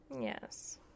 Yes